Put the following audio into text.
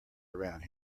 around